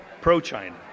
pro-China